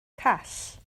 call